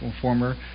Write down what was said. former